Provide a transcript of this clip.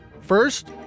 First